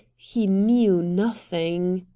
he knew nothing.